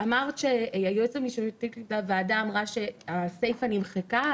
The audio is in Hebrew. היועצת המשפטית לוועדה אמרה שהסיפה נמחקה,